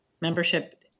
membership